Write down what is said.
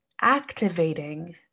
activating